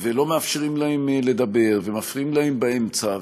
ולא מאפשרים להם לדבר, מפריעים להם באמצע.